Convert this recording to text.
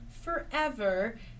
forever